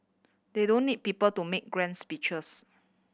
they don't need people to make grand speeches